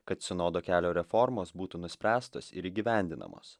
kad sinodo kelio reformos būtų nuspręstos ir įgyvendinamos